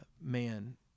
man